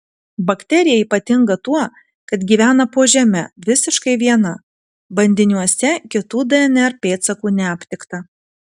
bakterija ypatinga tuo kad gyvena po žeme visiškai viena bandiniuose kitų dnr pėdsakų neaptikta